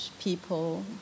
people